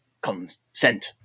consent